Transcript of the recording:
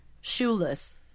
shoeless